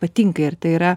patinka ir tai yra